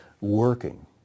working